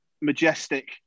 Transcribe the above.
majestic